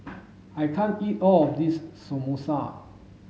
I can't eat all of this Samosa